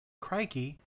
Crikey